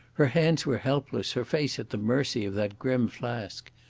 her hands were helpless, her face at the mercy of that grim flask.